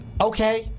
Okay